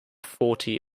forty